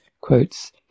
Quotes